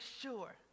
sure